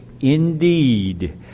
indeed